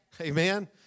Amen